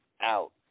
Out